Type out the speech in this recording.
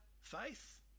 faith